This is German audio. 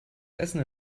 essen